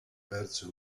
perso